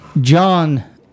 John